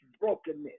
brokenness